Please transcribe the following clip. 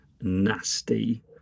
nasty